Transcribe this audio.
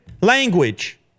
language